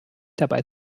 dabei